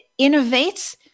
innovates